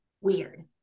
weird